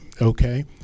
okay